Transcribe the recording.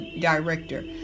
director